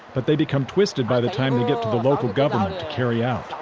but they become twisted by the time they get to the local government to carry out,